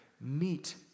meet